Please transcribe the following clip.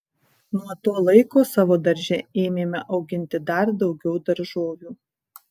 nuo to laiko savo darže ėmėme auginti dar daugiau daržovių